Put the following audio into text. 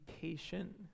patient